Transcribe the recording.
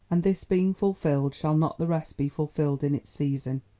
and this being fulfilled, shall not the rest be fulfilled in its season?